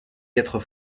quatre